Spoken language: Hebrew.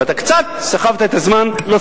אתה קצת סחבת את הזמן, ולא בפעם הראשונה.